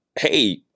hey